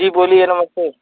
जी बोलिए नमस्ते